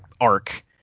arc